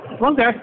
Okay